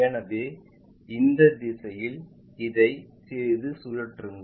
எனவே இந்த திசையில் இதைச் சிறிது சுழற்றுங்கள்